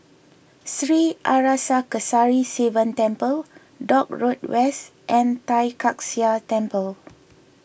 Sri Arasakesari Sivan Temple Dock Road West and Tai Kak Seah Temple